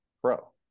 pro